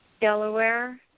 Delaware